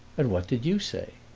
and what did you say?